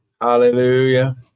Hallelujah